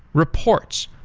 reports,